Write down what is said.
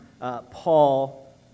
Paul